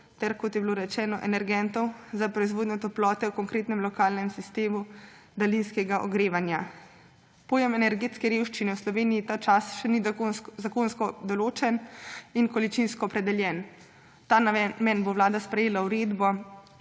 ter, kot je bilo rečeno, energentov za proizvodnjo toplote v konkretnem lokalnem sistemu daljinskega ogrevanja. Pojem energetske revščine v Sloveniji ta čas še ni zakonsko določen in količinsko opredeljen. V ta namen bo vlada sprejela uredbo,